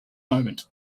moment